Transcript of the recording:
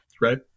right